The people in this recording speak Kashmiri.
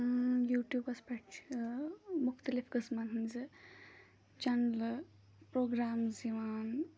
یوٗٹیوٗبَس پٮ۪ٹھ چھِ مُختلِف قٕسمَن ہٕنٛزٕ چَنلہٕ پرٛوگرامٕز یِوان